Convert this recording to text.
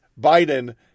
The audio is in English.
Biden